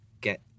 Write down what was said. get